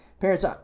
parents